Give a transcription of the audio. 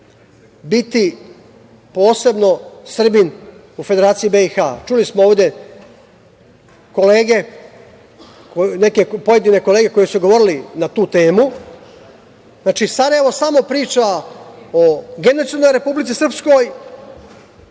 biti Srbin u Federaciji BiH. Čuli smo ovde kolege, pojedine kolege koji su govorili na tu temu. Znači, Sarajevo samo priča o genocidnoj Republici Srpskoj,